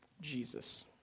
Jesus